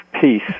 peace